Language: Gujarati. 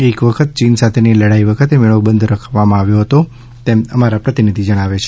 એક વખત ચીન સાથેની લડાઈ વખતે મેળો બંધ રખાયો હતો તેમ અમારા પ્રતિનિધિ જણાવે છે